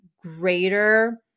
greater